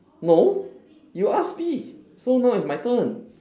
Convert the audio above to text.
no you ask me so now it's my turn